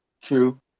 True